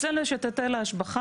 אצלנו יש את היטל ההשבחה,